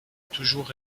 toujours